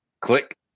click